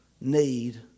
need